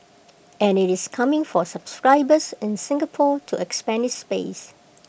and IT is coming for subscribers in Singapore to expand its base